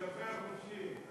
תדבר חופשי.